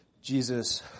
Jesus